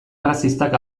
arrazistak